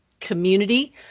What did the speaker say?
community